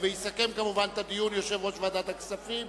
יסכם את הדיון יושב-ראש ועדת הכספים.